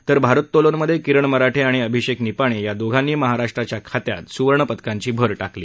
तर भारोत्तोलनमध्ये किरण मराठे आणि अभिषेक निपाणे या दोघांनी महाराष्ट्राच्या खात्यात आणखी दोन सुवर्णपदकांची भर टाकली